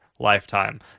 lifetime